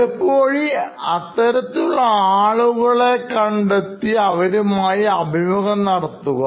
എളുപ്പവഴിഅത്തരത്തിലുള്ള ആളുകളെ കണ്ടെത്തി അവരുമായി അഭിമുഖം നടത്തുക